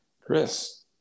chris